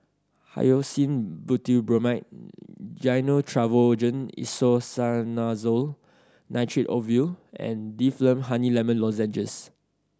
Hyoscine Butylbromide Gyno Travogen Isoconazole Nitrate Ovule and Difflam Honey Lemon Lozenges